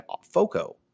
FOCO